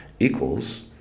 equals